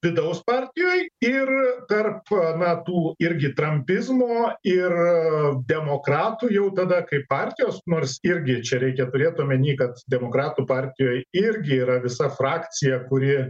vidaus partijoj ir tarp na tų irgi trampizmo ir demokratų jau tada kaip partijos nors irgi čia reikia turėt omeny kad demokratų partijoj irgi yra visa frakcija kuri